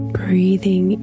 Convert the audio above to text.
breathing